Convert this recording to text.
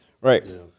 right